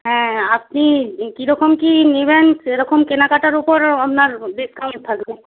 হ্যাঁ আপনি কী রকম কী নেবেন সে রকম কেনাকাটার উপর আপনার ডিসকাউন্ট থাকবে